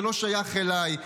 זה לא שייך אליי,